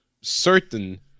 certain